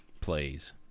plays